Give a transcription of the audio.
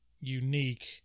unique